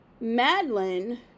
Madeline